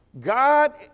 God